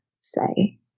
say